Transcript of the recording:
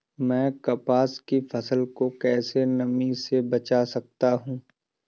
मैं कपास की फसल को कैसे नमी से बचा सकता हूँ?